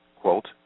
Quote